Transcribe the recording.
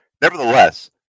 Nevertheless